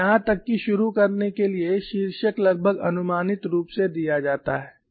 और यहां तक कि शुरू करने के लिए शीर्षक लगभग अनुमानित रूप से दिया जाता है